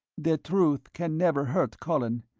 the truth can never hurt colin.